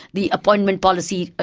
the appointment policy,